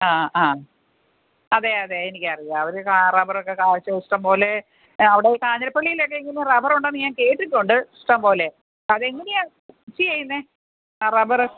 ആ ആ അതെ അതെ എനിക്കറിയാം ഒരു കാ റബറൊക്കെ കാഴ്ച ഇഷ്ടം പോലെ അവിടെ ഈ കാഞ്ഞിരപ്പല്ലിയിലൊക്കെ ഇങ്ങനെ റബറുണ്ടെന്ന് ഞാൻ കേട്ടിട്ടുണ്ട് ഇഷ്ടം പോലെ അതെങ്ങനെയാണ് കൃഷി ചെയ്യുന്നത് ആ റബറ്